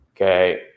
okay